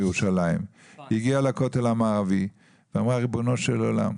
היא הגיעה לכותל המערבי ואמרה: ריבונו של עולם,